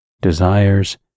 desires